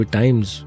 times